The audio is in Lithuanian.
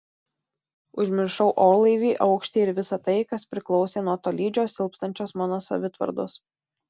užmiršau orlaivį aukštį ir visa tai kas priklausė nuo tolydžio silpstančios mano savitvardos